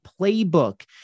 playbook